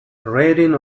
reading